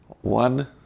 One